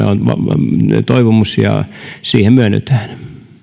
on toivomus ja siihen myönnytään